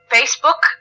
Facebook